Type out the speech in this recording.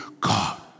God